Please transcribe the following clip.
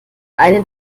eine